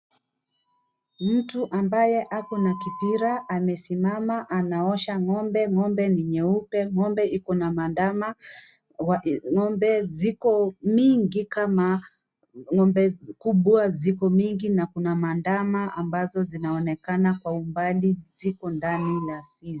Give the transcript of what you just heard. Mtu ambaye ako na kipira amesimama anaosha ng'ombe, ng'ombe ni nyeupe ng'ombe ikuna mandama ng'ombe ziko mingi kama, ng'ombe kubwa ziko mingi na kuna mandama ambazo zinaonekana Kwa umbali ziko ndani ya zizi.